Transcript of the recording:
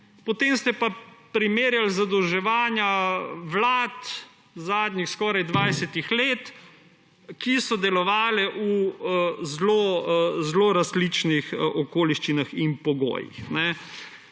Potem ste pa primerjali zadolževanja vlad zadnjih skoraj 20 let, ki so delovale v zelo različnih okoliščinah in pogojih.